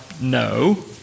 no